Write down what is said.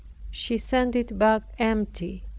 she sent it back empty,